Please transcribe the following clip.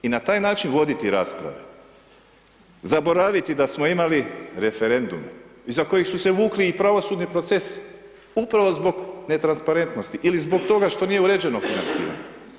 I na taj način voditi rasprave, zaboraviti da smo imali referendume iza kojih su se vukli i pravosudni procesi, upravo zbog netransparentnosti, ili zbog toga što nije uređeno financiranje.